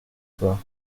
soir